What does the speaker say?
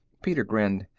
peter grinned.